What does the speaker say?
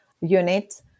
unit